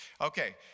Okay